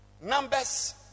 Numbers